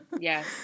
Yes